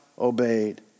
obeyed